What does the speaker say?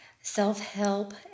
self-help